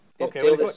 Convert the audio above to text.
Okay